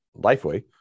Lifeway